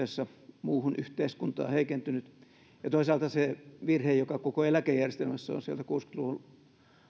on suhteessa muuhun yhteiskuntaan heikentynyt ja toisaalta sen virheen aiheuttama aukko joka koko eläkejärjestelmässä on kuusikymmentä luvun